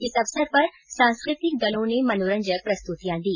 इस अवसर पर विभिन्न सांस्कृतिक दलों ने मनोरंजक प्रस्तुतियां दी